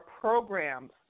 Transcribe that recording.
programs